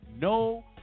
No